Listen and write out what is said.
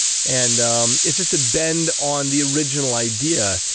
and um it's just a bend on the original idea,